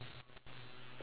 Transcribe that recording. are you sure